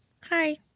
hi